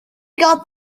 got